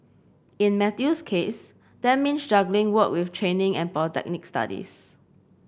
in Matthew's case that means juggling work with training and polytechnic studies